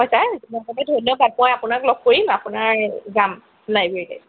হয় ছাৰ কোৱা কাৰণে ধন্যবাদ মই আপোনাক লগ কৰি আপোনাৰ যাম লাইব্ৰেৰীলৈ